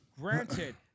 granted